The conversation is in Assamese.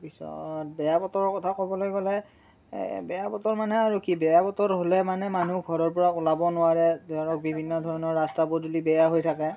তাৰপিছত বেয়া বতৰৰ কথা ক'বলৈ গ'লে বেয়া বতৰ মানে আৰু কি বেয়া বতৰ হ'লে মানে মানুহ ঘৰৰ পৰা ওলাব নোৱাৰে ধৰক বিভিন্ন ধৰণৰ ৰাস্তা পদূলি বেয়া হৈ থাকে